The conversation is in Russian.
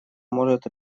может